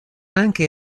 anche